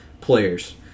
players